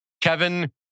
Kevin